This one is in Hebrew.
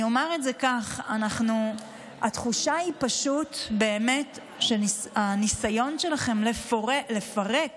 אני אומר כך: התחושה היא פשוט באמת שהניסיון שלכם לפרק